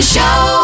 Show